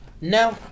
No